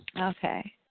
Okay